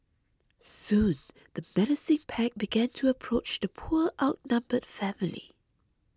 soon the menacing pack began to approach the poor outnumbered family